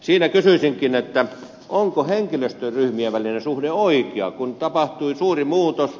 kysyisinkin että onko henkilöstöryhmien välinen suhde oikea kun tapahtui suuri muutos